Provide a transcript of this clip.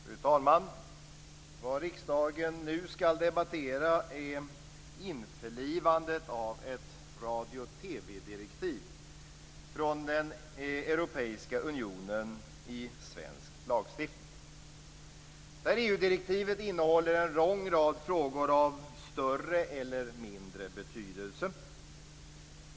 Fru talman! Vad riksdagen nu skall debattera är införlivandet av ett radio och TV-direktiv från den europeiska unionen i svensk lagstiftning. Detta EU direktiv innehåller en lång rad frågor av större eller mindre betydelse.